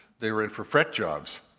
they were in for fret jobs.